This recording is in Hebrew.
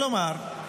כלומר,